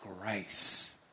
grace